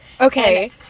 Okay